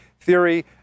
theory